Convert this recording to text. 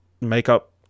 makeup